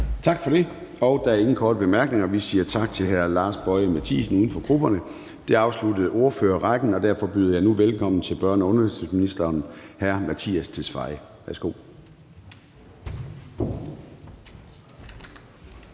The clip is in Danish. Tak for det. Der er ingen korte bemærkninger, så vi siger tak til hr. Lars Boje Mathiesen, uden for grupperne. Det afsluttede ordførerrækken, og derfor byder jeg nu velkommen til børne- og undervisningsministeren. Værsgo.